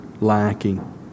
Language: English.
lacking